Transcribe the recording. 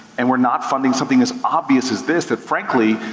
and we're not funding something as obvious as this, that frankly,